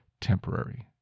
temporary